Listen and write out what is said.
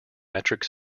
metric